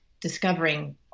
discovering